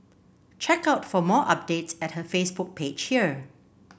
check out for more updates at her Facebook page here